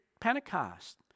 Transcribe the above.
Pentecost